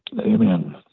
amen